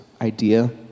idea